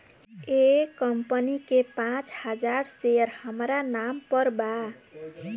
एह कंपनी के पांच हजार शेयर हामरा नाम पर बा